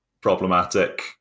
problematic